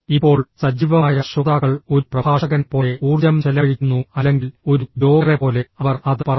ഇപ്പോൾ സജീവമായ ശ്രോതാക്കൾ ഒരു പ്രഭാഷകനെപ്പോലെ ഊർജ്ജം ചെലവഴിക്കുന്നു അല്ലെങ്കിൽ ഒരു ജോഗറെപ്പോലെ അവർ അത് പറയുന്നു